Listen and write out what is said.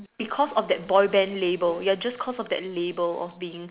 because of that boy band label ya just cause of that label of being